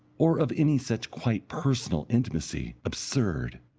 or of any such quite personal intimacy, absurd,